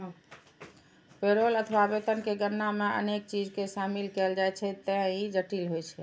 payroll अथवा वेतन के गणना मे अनेक चीज कें शामिल कैल जाइ छैं, ते ई जटिल होइ छै